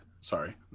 Sorry